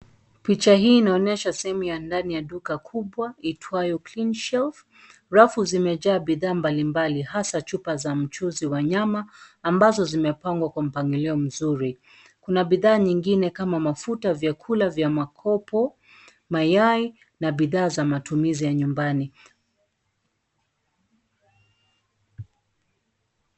Picha hii inaonyesha sehemu ya ndani ya duka kubwa iitwayo Cleanshelf , rafu zimejaa bidhaa mbalimbali, hasa chupa za mchuzi wa nyama, ambazo zimepangwa kwa mpangilio mzuri, kuna bidhaa nyingine kama mafuta, vyakula vya makopo, mayai, na bidhaa za matumizi ya nyumbani,